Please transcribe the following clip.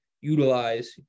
utilize